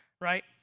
right